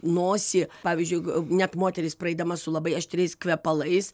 nosį pavyzdžiui net moteris praeidama su labai aštriais kvepalais